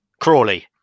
Crawley